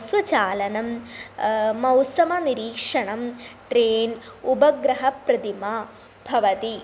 स्वचालनं मौसमनिरीक्षणं ट्रेन् उपग्रहप्रतिमा भवति